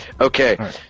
Okay